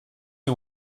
you